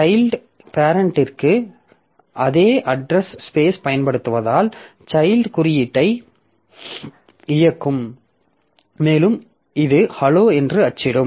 child பேரெண்ட்டிற்கு அதே address space பயன்படுத்துவதால் சைல்ட் குறியீட்டை இயக்கும் மேலும் இது hello என்று அச்சிடும்